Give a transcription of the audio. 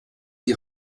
die